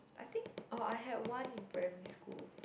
I think oh I had one in primary school